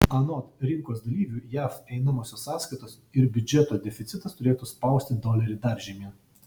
anot rinkos dalyvių jav einamosios sąskaitos ir biudžeto deficitas turėtų spausti dolerį dar žemyn